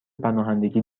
پناهندگی